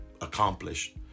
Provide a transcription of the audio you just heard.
accomplished